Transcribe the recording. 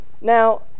Now